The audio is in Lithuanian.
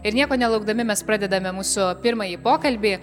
ir nieko nelaukdami mes pradedame mūsų pirmąjį pokalbį